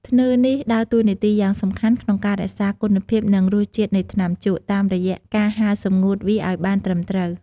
ធ្នើរនេះដើរតួនាទីយ៉ាងសំខាន់ក្នុងការរក្សាគុណភាព និងរសជាតិនៃថ្នាំជក់ តាមរយៈការហាលសម្ងួតវាអោយបានត្រឹមត្រូវ។